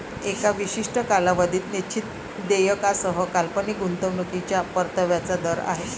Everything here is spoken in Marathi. एका विशिष्ट कालावधीत निश्चित देयकासह काल्पनिक गुंतवणूकीच्या परताव्याचा दर आहे